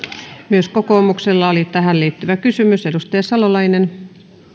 myös kokoomuksella on tähän liittyvä kysymys edustaja salolainen